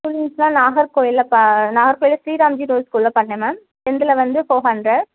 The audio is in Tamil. ஸ்கூலிங்ஸ்லாம் நாகர்கோவில்ல நாகர்கோவில்ல ஸ்ரீ ராம்ஜி கேர்ள்ஸ் ஸ்கூலில் பண்ணேன் மேம் டென்த்தில் வந்து ஃபோர் ஹண்ட்ரட்